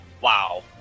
Wow